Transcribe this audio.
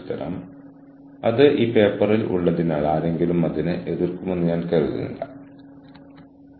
അവ്യക്തമായ അധികാര ബന്ധങ്ങളും ക്ലയന്റ് ഡിമാൻഡുകളും ഇവിടെ മൂന്നാമത്തെ പോയിന്റാണ് ഇവിടെ മൂന്നാമത്തെ ടെൻഷൻ